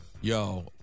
Yo